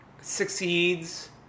succeeds